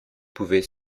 pouvait